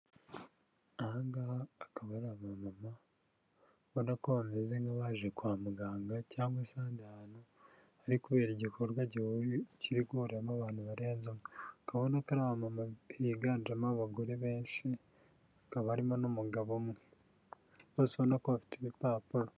Aha ngaha akaba ari abamama ubona ko bameze nk'abaje kwa muganga cyangwa se ahandi hantu, hari kubera igikorwa kiri guhuriramo abantu barenze umwe, ukabona ko ari abamama biganjemo abagore benshi, bakaba barimo n'umugabo umwe, bose soba ubona ko bafite ibipapuro.